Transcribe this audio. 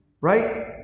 right